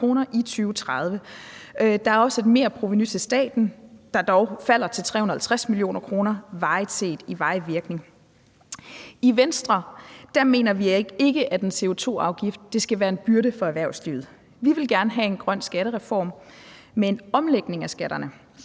i 2030. Der er også et merprovenu til staten, der dog falder til 350 mio. kr. varigt set i varig virkning. I Venstre mener vi ikke, at en CO2-afgift skal være en byrde for erhvervslivet. Vi vil gerne have en grøn skattereform med en omlægning af skatterne,